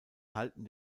halten